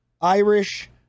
Irish